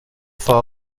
for